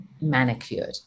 manicured